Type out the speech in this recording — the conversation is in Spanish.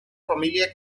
familia